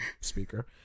speaker